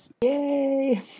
Yay